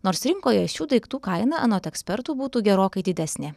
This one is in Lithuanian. nors rinkoje šių daiktų kaina anot ekspertų būtų gerokai didesnė